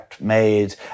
made